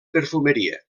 perfumeria